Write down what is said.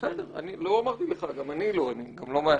בסדר, לא אמרתי לך, גם אני לא, אני גם לא מעשן,